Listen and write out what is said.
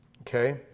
Okay